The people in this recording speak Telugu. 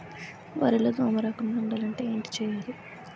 వరిలో దోమ రాకుండ ఉండాలంటే ఏంటి చేయాలి?